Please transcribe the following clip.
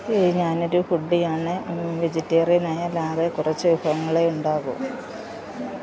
ഏയ് ഞാനൊരു ഫുഡ്ഡി ആണ് വെജിറ്റേറിയൻ ആയാൽ ആകെ കുറച്ച് വിഭവങ്ങളേ ഉണ്ടാകൂ